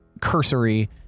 cursory